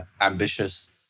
ambitious